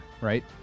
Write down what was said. right